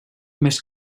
més